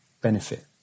benefit